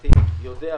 שלדעתי יודע ומבין,